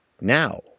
now